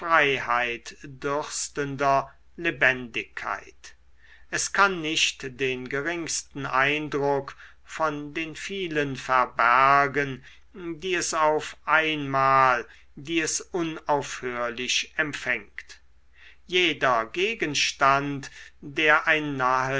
freiheitdürstender lebendigkeit es kann nicht den geringsten eindruck von den vielen verbergen die es auf einmal die es unaufhörlich empfängt jeder gegenstand der ein